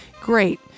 Great